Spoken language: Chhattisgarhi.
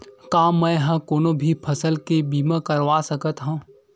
का मै ह कोनो भी फसल के बीमा करवा सकत हव?